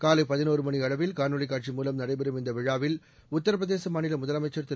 காலை பதினோரு மணியளவில் காணொளி காட்சி மூலம் நடைபெறும் இந்த விழாவில் உத்தர பிரதேச மாநில முதலமைச்சர் திரு